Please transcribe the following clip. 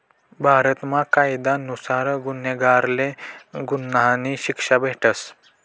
भारतमा कायदा नुसार गुन्हागारले गुन्हानी शिक्षा भेटस